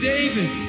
David